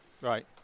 Right